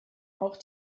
auch